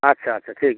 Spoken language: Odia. ଆଚ୍ଛା ଆଚ୍ଛା ଠିକ୍